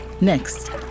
Next